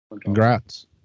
congrats